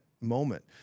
moment